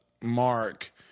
Mark